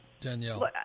Danielle